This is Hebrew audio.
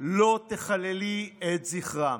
לא תחללי את זכרם.